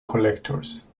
collectors